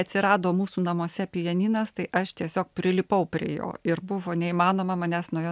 atsirado mūsų namuose pianinas tai aš tiesiog prilipau prie jo ir buvo neįmanoma manęs nuo jo